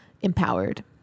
empowered